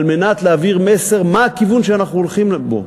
כדי להעביר מסר, מה הכיוון שאנחנו הולכים בו.